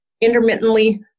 intermittently